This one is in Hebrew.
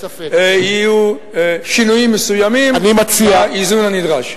יהיו שינויים מסוימים באיזון הנדרש.